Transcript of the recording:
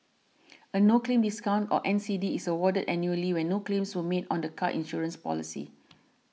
a no claim discount or N C D is awarded annually when no claims were made on the car insurance policy